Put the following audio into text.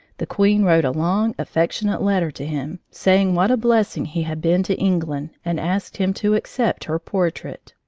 the queen wrote a long, affectionate letter to him, saying what a blessing he had been to england, and asked him to accept her portrait.